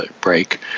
break